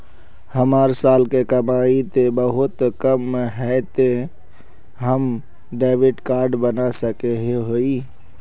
हमर साल के कमाई ते बहुत कम है ते हम डेबिट कार्ड बना सके हिये?